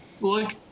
look